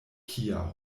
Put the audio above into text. kia